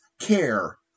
care